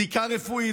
בדיקה רפואית,